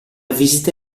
visita